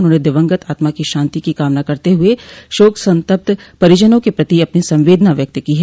उन्होंने दिवंगत आत्मा की शांति की कामना करते हुए शोक संतप्त परिजनों के प्रति अपनी संवेदना व्यक्त की है